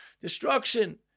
destruction